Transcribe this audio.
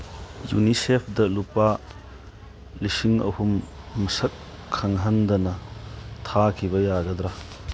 ꯌꯨꯅꯤꯁꯦꯐꯗ ꯂꯨꯄꯥ ꯂꯤꯁꯤꯡ ꯑꯍꯨꯝ ꯃꯁꯛ ꯈꯪꯍꯟꯗꯅ ꯊꯥꯈꯤꯕ ꯌꯥꯒꯗ꯭ꯔ